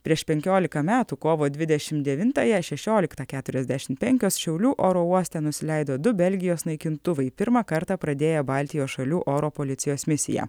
prieš penkiolika metų kovo dvidešim devintąją šešioliktą keturiasdešimt penkios šiaulių oro uoste nusileido du belgijos naikintuvai pirmą kartą pradėję baltijos šalių oro policijos misiją